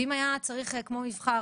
ואם היה צריך כמו מבח"ר,